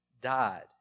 died